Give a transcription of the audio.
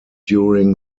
during